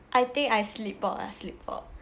I think I slipped out slipped out